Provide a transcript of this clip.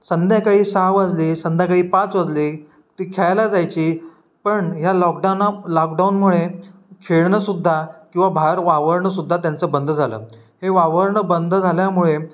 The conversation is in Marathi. संध्याकाळी सहा वाजले संध्याकाळी पाच वाजले ती खेळायला जायची पण ह्या लॉकडाऊना लाकडाऊनमुळे खेळणं सुद्धा किंवा बाहेर वावरणं सुद्धा त्यांचं बंद झालं हे वावरणं बंद झाल्यामुळे